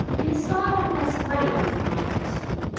in a style less grave than that of history,